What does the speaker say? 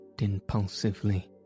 impulsively